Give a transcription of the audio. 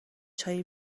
چایی